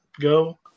go